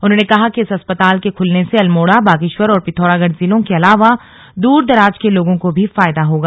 उन्होंने कहा कि इस अस्पताल के खुलने से अल्मोड़ा बागेश्वर और पिथौरागढ़ जिलों के अलावा दूरदराज के लोगों को भी फायदा होगा